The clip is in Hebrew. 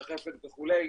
שחפת וכולי.